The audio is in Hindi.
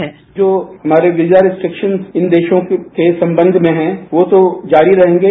सचिव बाईट जो हमारे वीजा रिस्ट्राक्शंस इन देशों के संबंध में हैं वो तो जारी रहेंगे